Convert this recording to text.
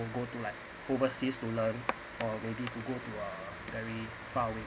or go to like overseas to learn uh maybe to go to uh very far away